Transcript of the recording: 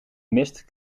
mist